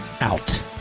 out